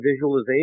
visualization